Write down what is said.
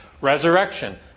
Resurrection